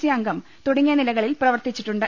C അംഗം തുടങ്ങിയ നിലകളിൽ പ്രവർത്തിച്ചിട്ടുണ്ട്